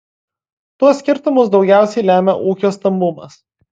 tuos skirtumus daugiausiai lemia ūkio stambumas